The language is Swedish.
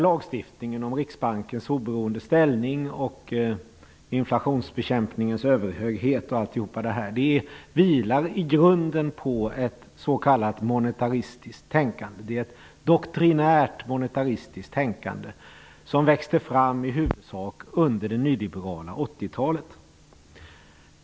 Lagstiftningen om Riksbankens oberoende ställning och inflationsbekämpningens överhöghet vilar i grunden på ett s.k. monetaristiskt tänkande. Det är ett doktrinärt monetaristiskt tänkande som växte fram i huvudsak under det nyliberala 80-talet.